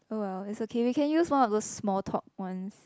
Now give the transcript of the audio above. oh well it's okay we can use one of those small talk ones